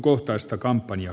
arvoisa puhemies